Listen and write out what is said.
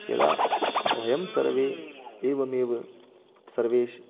यदा वयं सर्वे एवमेव सर्वेश्